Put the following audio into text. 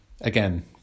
Again